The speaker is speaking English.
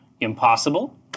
impossible